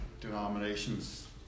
denominations